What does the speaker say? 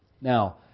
Now